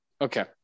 Okay